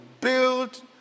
build